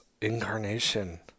incarnation